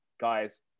guys